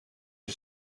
een